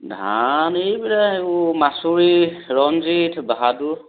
ধান এইবোৰ এই মাচুৰি ৰঞ্জিত বাহাদুৰ